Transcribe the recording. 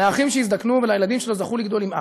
לאחים שהזדקנו ולילדים שלא זכו לגדול עם אבא.